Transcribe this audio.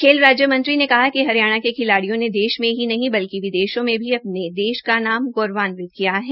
खेल राज्य मंत्री ने कहा कि हरियाणा के खिलाडियों ने देश मे ही नहीं बलिक विदेशों में भी अपने देश का नाम गौरवान्वित किया है